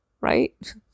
right